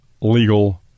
legal